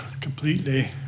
completely